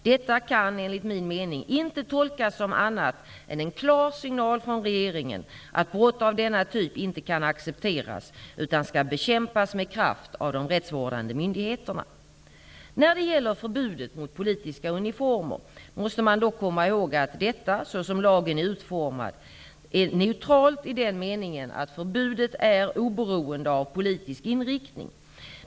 Detta kan enligt min mening inte tolkas som annat än en klar signal från regeringen, att brott av denna typ inte kan accepteras utan skall bekämpas med kraft av de rättsvårdande myndigheterna. När det gäller förbudet mot politiska uniformer måste man dock komma ihåg att detta, såsom lagen är utformad, är neutralt i den meningen att förbudet är oberoende av politisk inriktning.